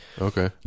Okay